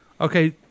Okay